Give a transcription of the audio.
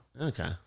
Okay